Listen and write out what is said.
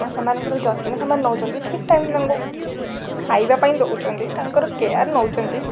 ସେମାନଙ୍କର ଯତ୍ନ ସେମାନେ ନେଉଛନ୍ତି ଠିକ ଟାଇମ୍ରେ ତାଙ୍କୁ ଖାଇବା ପାଇଁ ଦେଉଛନ୍ତି ତାଙ୍କର କେୟାର୍ ନେଉଛନ୍ତି